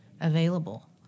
available